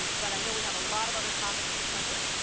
but i know we have a lot of other topics to cover,